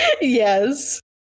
Yes